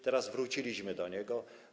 Teraz wróciliśmy do niego.